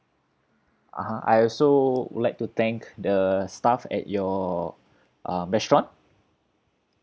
(uh huh) I also would like to thank the staff at your um restaurant